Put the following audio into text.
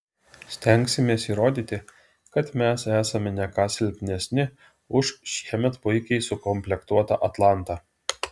stengsimės įrodyti kad mes esame ne ką silpnesnį už šiemet puikiai sukomplektuotą atlantą